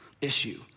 issue